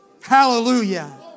Hallelujah